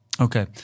Okay